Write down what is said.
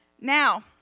Now